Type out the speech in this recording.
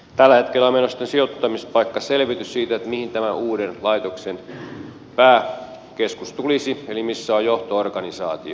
tällä hetkellä on menossa tällainen sijoittamispaikkaselvitys siitä mihin tämä uuden laitoksen pääkeskus tulisi eli missä on johto organisaatio